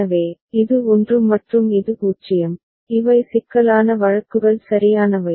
எனவே இது 1 மற்றும் இது 0 இவை சிக்கலான வழக்குகள் சரியானவை